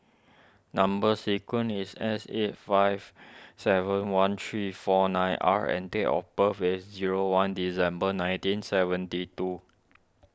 Number Sequence is S eight five seven one three four nine R and date of birth is zero one December nineteen seventy two